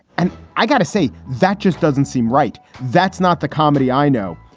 and i got to say, that just doesn't seem right. that's not the comedy i know.